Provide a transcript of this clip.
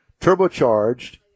turbocharged